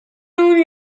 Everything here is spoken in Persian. اون